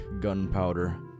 gunpowder